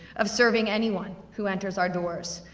of serving anyone who enters our doors.